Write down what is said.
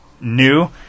new